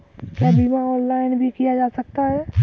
क्या बीमा ऑनलाइन भी किया जा सकता है?